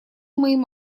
моим